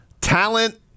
talent